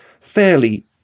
fairly